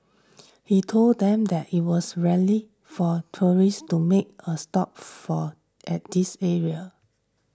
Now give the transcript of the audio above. he told them that it was rarely for tourists to make a stop for at this area